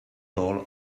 tall